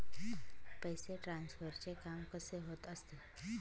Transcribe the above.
पैसे ट्रान्सफरचे काम कसे होत असते?